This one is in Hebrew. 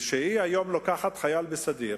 כשהיום היא לוקחת חייל בסדיר,